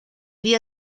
día